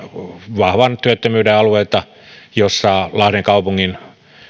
vahvan työttömyyden alueelta jossa lahden kaupungin